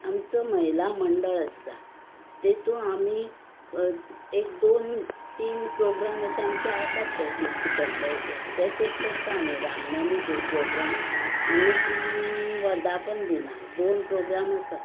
आमचो महिला मंडळ आसा तातूंत आमी एक दोन तीन प्रोग्राम अशे आमचे आसात ते फिक्स केल्ले अशे तेच एक करता आमी रामनमीक एक प्रोग्राम आनीक वर्धापन दीन हा दोन प्रोग्राम आसा